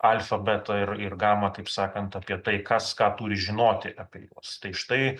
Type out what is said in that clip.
alfa beta ir ir gama kaip sakant apie tai kas ką turi žinoti apie juos tai štai